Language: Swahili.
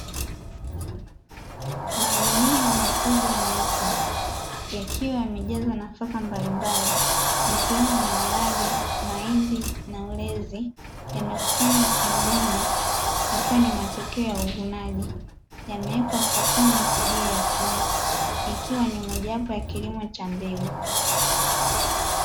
Magunia makubwa meupe yakiwa yamejazwa nafaka mbalimbali ikiwemo maharage, mahindi na ulezi yamekusanywa sehemu moja ikiwa ni matokeo ya uvunaji yamewekwa sokoni kwa ajili ya kuuzwa ikiwa ni moja wapo ya kilimo cha mbegu.